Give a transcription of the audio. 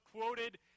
quoted